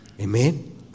Amen